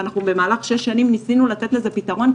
ובמהלך שש שנים אנחנו ניסינו לתת לזה פתרון,